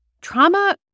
trauma